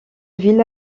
ville